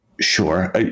sure